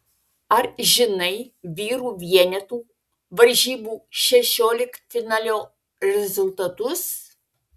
ar žinai vyrų vienetų varžybų šešioliktfinalio rezultatus